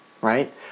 Right